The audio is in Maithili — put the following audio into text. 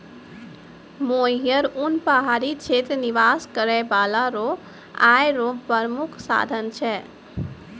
मोहियर उन पहाड़ी क्षेत्र निवास करै बाला रो आय रो प्रामुख साधन छै